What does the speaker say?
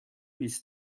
بیست